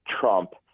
Trump